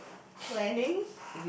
planning